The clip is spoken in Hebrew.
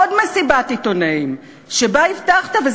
עוד מסיבת עיתונאים שבה הבטחת,